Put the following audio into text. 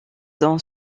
dont